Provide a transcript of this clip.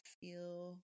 feel